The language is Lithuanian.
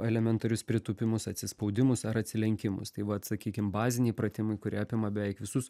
elementarius pritūpimus atsispaudimus ar atsilenkimus tai vat sakykim baziniai pratimai kurie apima beveik visus